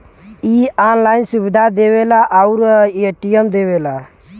इ ऑनलाइन सुविधा देवला आउर ए.टी.एम देवला